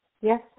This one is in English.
yes